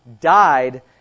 died